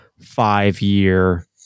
five-year